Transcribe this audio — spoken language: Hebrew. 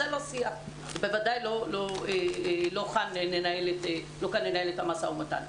זה לא שיח, בוודאי לא כאן ננהל את המשא ומתן.